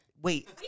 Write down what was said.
Wait